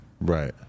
Right